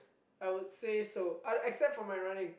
I would say so oh except for my running